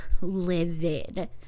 livid